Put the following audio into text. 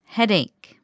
Headache